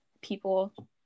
people